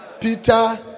Peter